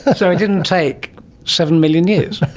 ah so it didn't take seven million years?